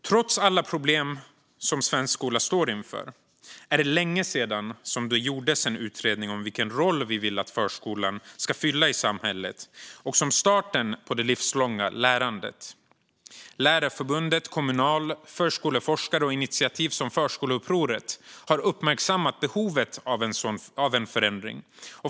Trots alla problem som svensk skola står inför är det länge sedan som det gjordes en utredning om vilken roll vi vill att förskolan ska fylla i samhället och som starten på det livslånga lärandet. Lärarförbundet, Kommunal, förskoleforskare och initiativ som exempelvis Förskoleupproret har uppmärksammat behovet av en förändring.